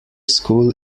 school